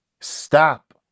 stop